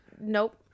Nope